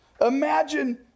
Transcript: Imagine